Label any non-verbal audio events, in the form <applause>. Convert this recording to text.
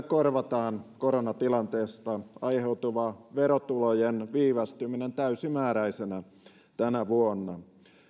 <unintelligible> korvataan koronatilanteesta aiheutuva verotulojen viivästyminen täysimääräisenä tänä vuonna